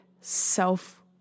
self